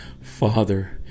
father